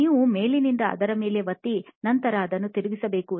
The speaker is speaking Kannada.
ನೀವು ಮೇಲಿನಿಂದ ಅದರ ಮೇಲೆ ಒತ್ತಿ ನಂತರ ಅದನ್ನು ತಿರುಗಿಸಬೇಕು